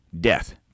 death